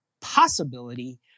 possibility